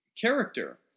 character